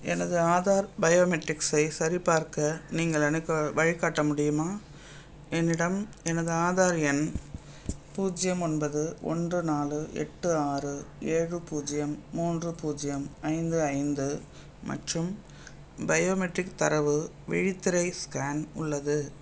எனது ஆதார் பயோமெட்ரிக்ஸை சரிபார்க்க நீங்கள் எனக்கு வழிகாட்ட முடியுமா என்னிடம் எனது ஆதார் எண் பூஜ்ஜியம் ஒன்பது ஒன்று நாலு எட்டு ஆறு ஏழு பூஜ்ஜியம் மூன்று பூஜ்ஜியம் ஐந்து ஐந்து மற்றும் பயோமெட்ரிக் தரவு விழித்திரை ஸ்கேன் உள்ளது